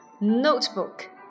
notebook